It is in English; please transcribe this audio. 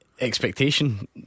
Expectation